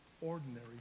ordinary